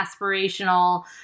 aspirational